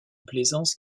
plaisance